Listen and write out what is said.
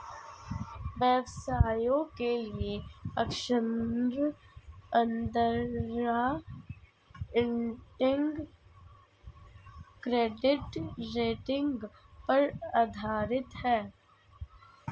व्यवसायों के लिए ऋण अंडरराइटिंग क्रेडिट रेटिंग पर आधारित है